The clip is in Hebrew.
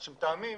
עד שמתאמים,